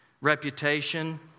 reputation